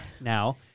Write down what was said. now